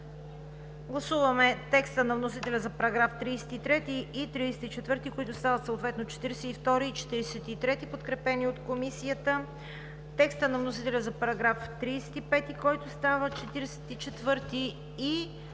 Гласуваме текста на вносителя за параграфи 33 и 34, които стават съответно параграфи 42 и 43, подкрепени от Комисията; текста на вносителя за § 35, който става § 44,